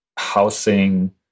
housing